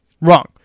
Wrong